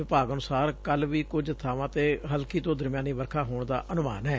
ਵਿਭਾਗ ਅਨੁਸਾਰ ਕੱਲੁ ਵੀ ਕਝ ਥਾਵਾਂ ਤੇ ਹਲਕੀ ਤੋਂ ਦਰਮਿਆਨੀ ਵਰਖਾ ਹੋਣ ਦਾ ਅਨਮਾਨ ਐ